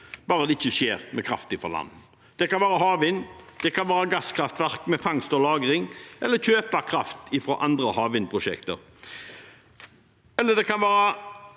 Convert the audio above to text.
bare det ikke skjer med kraft fra land. Det kan være havvind, det kan være gasskraftverk med fangst og lagring, det kan være å kjøpe kraft fra andre havvindprosjekter – eller det kan være